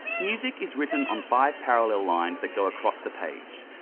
music is written on five parallel lines that go across the page.